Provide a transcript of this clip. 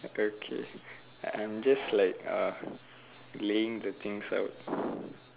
okay I am just like uh laying the things out